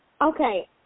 Okay